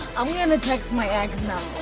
i'm gonna text my ex now.